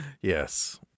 Yes